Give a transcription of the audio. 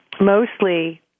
mostly